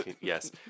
Yes